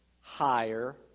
higher